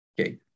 Okay